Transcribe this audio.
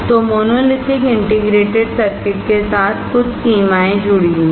तो monolithic integrated circuit के साथ कुछ सीमाएं जुड़ी हैं